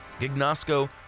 Gignasco